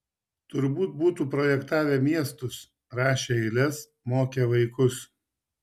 turbūt būtų projektavę miestus rašę eiles mokę vaikus